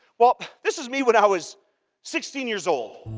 well, this was me when i was sixteen years old,